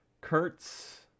Kurtz